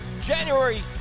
January